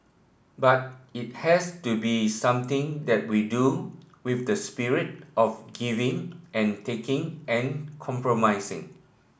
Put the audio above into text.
but it has to be something that we do with the spirit of giving and taking and compromising